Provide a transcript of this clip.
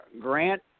Grant